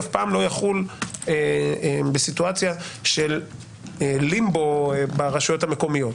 אף פעם לא יחול בסיטואציה של לימבו ברשויות המקומיות,